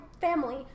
family